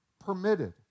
Permitted